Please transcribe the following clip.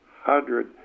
hundred